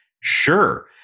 Sure